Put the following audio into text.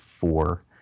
four